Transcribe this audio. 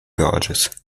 gauges